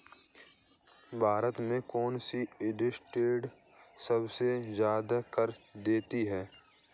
भारत में कौन सी इंडस्ट्री सबसे ज्यादा कर देती है?